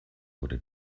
wurde